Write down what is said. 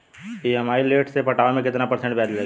EMI late से पटावे पर कितना परसेंट ब्याज लगी?